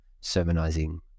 sermonizing